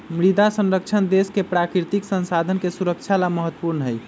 मृदा संरक्षण देश के प्राकृतिक संसाधन के सुरक्षा ला महत्वपूर्ण हई